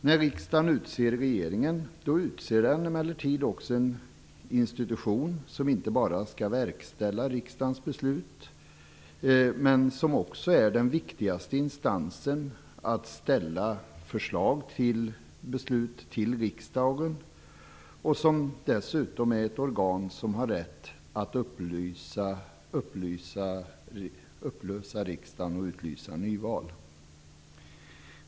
När riksdagen utser en regering utser den också en institution som inte bara skall verkställa riksdagens beslut utan som också är den viktigaste instansen för att ställa förslag till beslut till riksdagen. Dessutom handlar det om ett organ som har rätt att upplösa riksdagen och utlysa nyval.